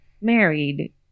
married